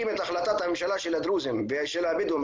ברגע שמנכים את החלטת הממשלה של הדרוזים ושל הבדואים,